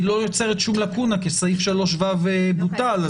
היא לא יוצרת שום לקונה כי סעיף 3(ו) בוטל,